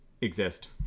exist